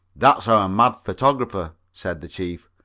that's our mad photographer, said the chief.